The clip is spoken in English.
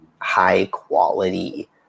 high-quality